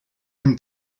him